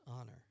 honor